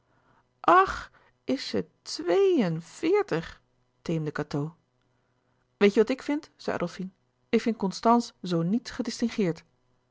ach is ze twée en veèrtig teemde cateau weet je wat ik vind zei adolfine ik vind constance zoo niets gedistingeerd